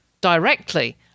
directly